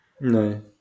no